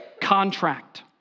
contract